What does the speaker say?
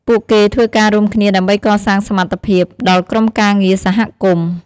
ពួកគេធ្វើការរួមគ្នាដើម្បីកសាងសមត្ថភាព ដល់ក្រុមការងារសហគមន៍។